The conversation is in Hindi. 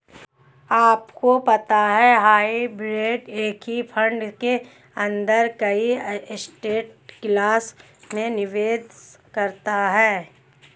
आपको पता है हाइब्रिड एक ही फंड के अंदर कई एसेट क्लास में निवेश करता है?